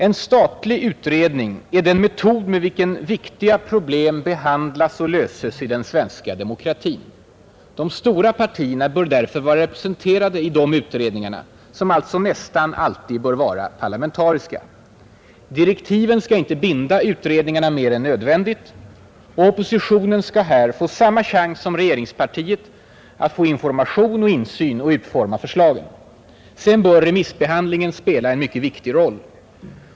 En statlig utredning är den metod med vilken viktiga problem behandlas och löses i den svenska demokratin. De stora partierna bör därför vara representerade i de utredningarna, som alltså nästan alltid bör vara parlamentariska. Direktiven skall inte binda utredningarna mer än nödvändigt. Oppositionen skall här få samma chans som regeringspartiet att få information och insyn och utforma förslagen. Sedan bör remissbehandlingen spela en mycket viktig roll.